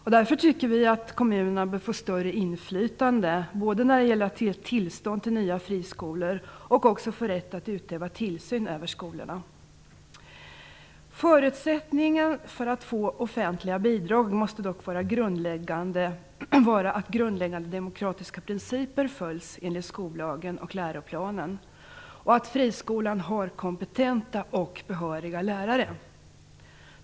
Vi tycker därför att kommunerna bör få större inflytande, både när det gäller att ge tillstånd till nya friskolor och när det gäller att utöva tillsyn över skolorna. Förutsättningen för att få offentliga bidrag måste vara att grundläggande demokratiska principer följs enligt skollagen och läroplanen och att friskolan har kompetenta och behöriga lärare.